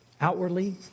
Outwardly